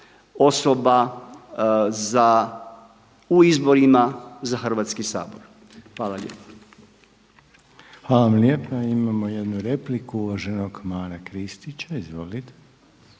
osoba za u izborima za Hrvatski sabor. Hvala lijepa. **Reiner, Željko (HDZ)** Hvala vam lijepa. Imamo jednu repliku uvaženog Mare Kristića. Izvolite.